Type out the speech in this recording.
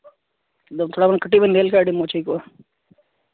ᱛᱷᱚᱲᱟ ᱜᱟᱱ ᱠᱟᱹᱴᱤᱡ ᱵᱮᱱ ᱞᱟᱹᱭ ᱞᱮᱠᱷᱟᱡ ᱟᱹᱰᱤ ᱢᱚᱡᱽ ᱦᱩᱭ ᱠᱚᱜᱼᱟ